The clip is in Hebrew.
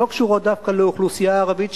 שלא קשורות דווקא לאוכלוסייה הערבית,